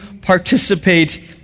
participate